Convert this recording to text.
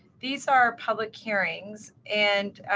these are public hearings. and